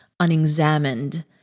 unexamined